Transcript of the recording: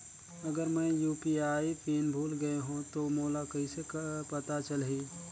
अगर मैं UPI PIN भुल गये हो तो मोला कइसे पता चलही?